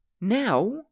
Now